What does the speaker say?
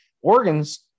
organs